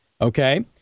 Okay